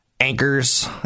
anchors